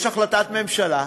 יש החלטת ממשלה,